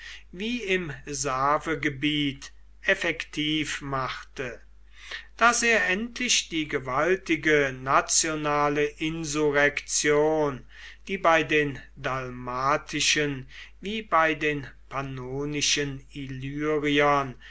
wie im savegebiet effektiv machte daß er endlich die gewaltige nationale insurrektion die bei den dalmatischen wie bei den pannonischen